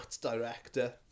director